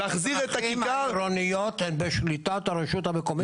אבל הדרכים העירוניות הן בשליטת הרשות המקומית.